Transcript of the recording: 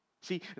See